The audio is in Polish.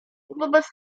wobec